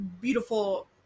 beautiful